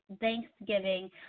Thanksgiving